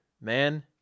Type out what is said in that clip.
man